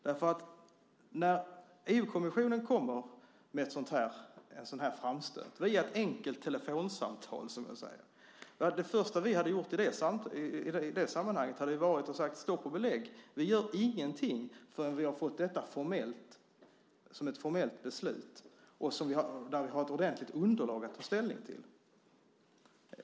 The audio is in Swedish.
När EU-kommissionen kommer med en framstöt, via ett enkelt telefonsamtal, hade det första vi hade gjort i ett sådant sammanhang varit att säga: "Stopp och belägg! Vi gör ingenting förrän vi har fått ett formellt beslut med ett ordentligt underlag att ta ställning till."